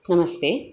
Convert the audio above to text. नमस्ते